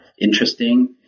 interesting